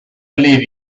believe